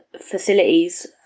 facilities